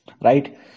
right